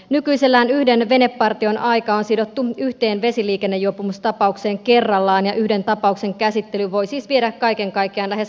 nykyisellään yhden venepartion aika on sidottu yhteen vesiliikennejuopumustapaukseen kerrallaan ja yhden tapauksen käsittely voi siis viedä kaiken kaikkiaan lähes kaksi tuntia